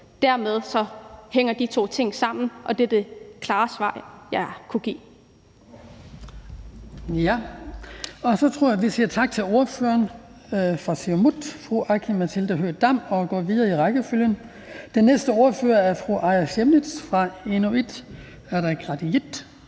Dermed hænger de to ting sammen, og det er det klare svar, jeg kan give.